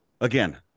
again